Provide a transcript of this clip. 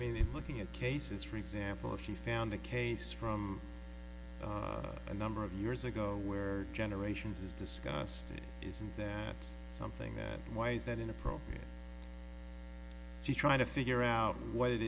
mean in looking at cases for example she found a case from a number of years ago where generations is discussed isn't that something that why is that an appropriate she's trying to figure out what it